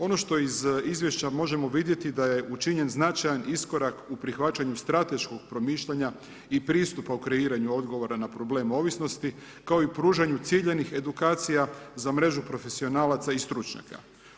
Ono što iz izvješća možemo vidjeti, da je učinjen značajan iskorak u prihvaćanju strateškog promišljanja i pristupa u kreiranju odgovora na problem ovisnosti, kao i pružanju ciljanih edukacija, za mrežu profesionalaca i stručnjaka.